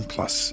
Plus